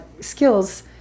skills